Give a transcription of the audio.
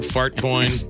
Fartcoin